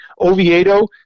Oviedo